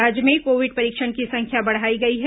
राज्य में कोविड परीक्षण की संख्या बढ़ाई गई है